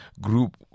Group